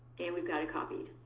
and we've got it copied.